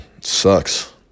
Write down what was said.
Sucks